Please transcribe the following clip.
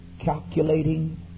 calculating